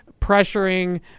pressuring